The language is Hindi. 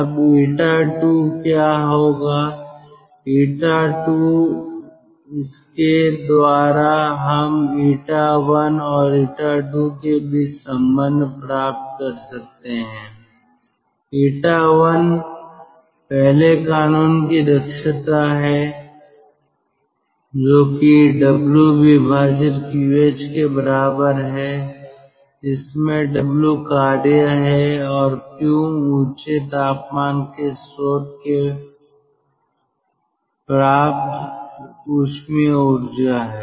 अब 𝜂II क्या होगा 𝜂II इसके द्वारा हम 𝜂I और 𝜂II के बीच संबंध प्राप्त कर सकते हैं𝜂I पहले कानून की दक्षता है जो कि WQH के बराबर है जिसमें W कार्य है और Q ऊंचे तापमान के स्रोत से प्राप्त ऊष्मीय ऊर्जा है